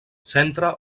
centre